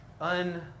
un